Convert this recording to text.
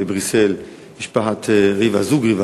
בבריסל הזוג ריוה